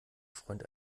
freund